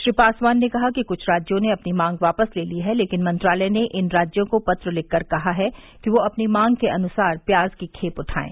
श्री पासवान ने कहा कि कुछ राज्यों ने अपनी मांग वापस ले ली है लेकिन मंत्रालय ने इन राज्यों को पत्र लिखकर कहा है कि वे अपनी मांग के अनुसार प्याज की खेप उठाएं